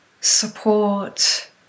support